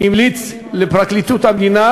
המליץ לפרקליטות המדינה,